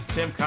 Tim